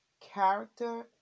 character